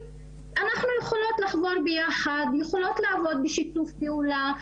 אנחנו יכולות לחבור ביחד יכולות לעבוד בשיתוף פעולה,